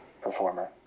performer